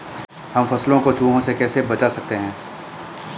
हम फसलों को चूहों से कैसे बचा सकते हैं?